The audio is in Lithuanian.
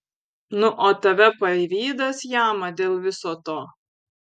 nu o tave pavydas jama dėl viso to